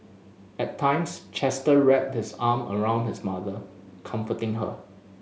at times Chester wrapped this arm around his mother comforting her